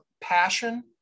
passion